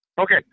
Okay